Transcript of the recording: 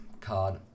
card